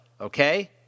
Okay